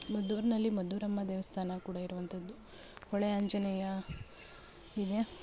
ಮದ್ದೂರಿನಲ್ಲಿ ಮದ್ದೂರಮ್ಮ ದೇವಸ್ಥಾನ ಕೂಡ ಇರುವಂಥದ್ದು ಹೊಳೆ ಆಂಜನೇಯ ಇದೆ